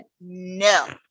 no